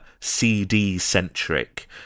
CD-centric